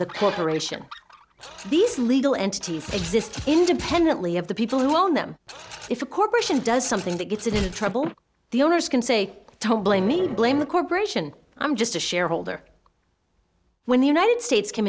the corporation these legal entity exists independently of the people who own them if a corporation does something that gets it into trouble the owners can say don't blame me blame the corporation i'm just a shareholder when the united states came